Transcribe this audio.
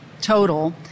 Total